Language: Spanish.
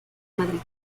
madrid